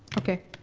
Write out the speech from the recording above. okay.